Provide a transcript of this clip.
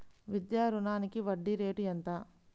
విద్యా రుణానికి వడ్డీ రేటు ఎంత?